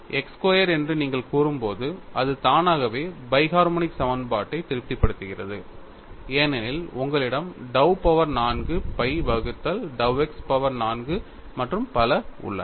x square என்று நீங்கள் கூறும்போது அது தானாகவே பை ஹர்மொனிக் சமன்பாட்டை திருப்திப்படுத்துகிறது ஏனெனில் உங்களிடம் dou பவர் 4 phi வகுத்தல் dou x பவர் 4 மற்றும் பல உள்ளன